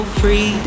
free